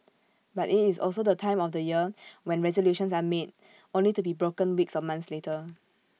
but IT is also the time of year when resolutions are made only to be broken weeks or months later